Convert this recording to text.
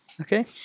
Okay